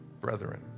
brethren